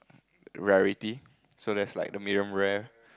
rarity so there's like the medium rare